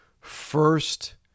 first